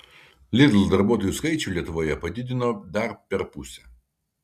lidl darbuotojų skaičių lietuvoje padidino dar per pusę